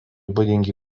būdingi